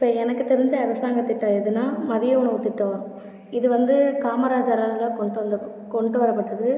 இப்போ எனக்கு தெரிஞ்ச அரசாங்க திட்டம் எதுனா மதிய உணவு திட்டம் இது வந்து காமராஜரால் கொண்டு கொண்டு வர பட்டது